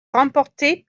remportée